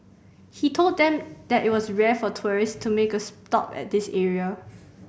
he told them that it was rare for tourist to make a stop at this area